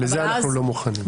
לזה אנחנו לא מוכנים.